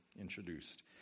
introduced